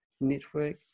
Network